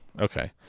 Okay